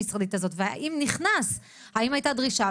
האם הייתה דרישה?